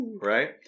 right